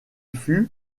fut